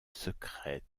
secrète